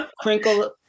crinkle